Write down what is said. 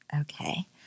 Okay